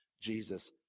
Jesus